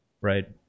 right